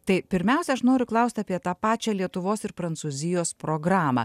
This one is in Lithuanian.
tai pirmiausia aš noriu klausti apie tą pačią lietuvos ir prancūzijos programą